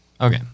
okay